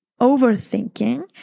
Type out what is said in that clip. overthinking